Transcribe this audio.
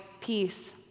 peace